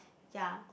ya